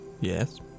yes